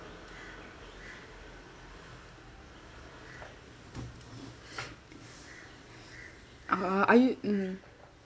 uh are you mm